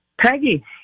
Peggy